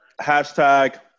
Hashtag